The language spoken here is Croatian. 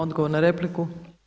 Odgovor na repliku.